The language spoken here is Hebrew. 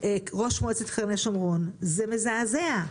ראש מועצת קרני שומרון, זה מזעזע.